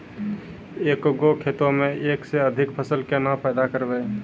एक गो खेतो मे एक से अधिक फसल केना पैदा करबै?